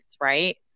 right